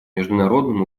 международным